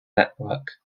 network